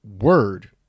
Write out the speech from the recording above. word